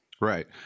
Right